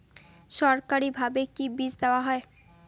সরকারিভাবে কি বীজ দেওয়া হয়?